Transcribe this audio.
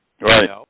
right